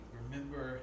remember